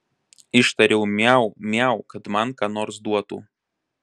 ištariau miau miau kad man ką nors duotų